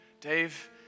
Dave